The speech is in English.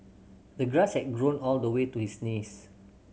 the grass had grown all the way to his knees